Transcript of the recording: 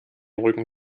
rücken